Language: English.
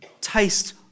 taste